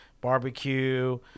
barbecue